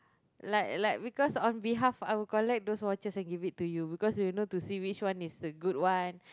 like like because on behalf I will collect those watches and give it to you because you know to see which one is the good one